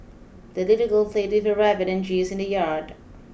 the little girl played with her rabbit and geese in the yard